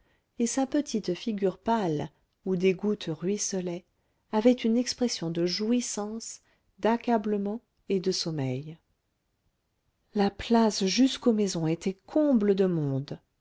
et sa petite figure pâle où des gouttes ruisselaient avait une expression de jouissance d'accablement et de sommeil la place jusqu'aux maisons était comble de monde